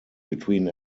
between